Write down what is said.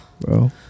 Bro